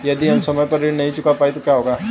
यदि मैं समय पर ऋण नहीं चुका पाई तो क्या होगा?